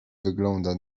wygląda